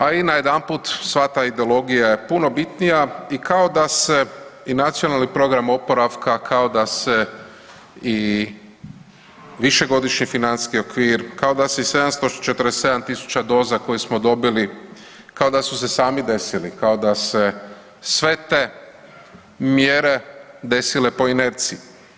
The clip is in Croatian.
A i najedanput sva ta ideologija je puno bitnija i kao da se i Nacionalni program oporavka kao da se i višegodišnji financijski okvir, kao da se i 747.000 doza koje smo dobili kao da su se sami desili, kao da se sve te mjere desile po inerciji.